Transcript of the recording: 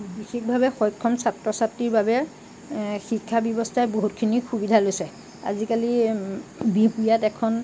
বিশেষভাৱে সক্ষম ছাত্ৰ ছাত্ৰীৰ বাবে শিক্ষা ব্যৱস্থাই বহুতখিনি সুবিধা লৈছে আজিকালি বিহপুৰীয়াত এখন